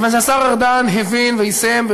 מכיוון שהשר ארדן הבין ויישם,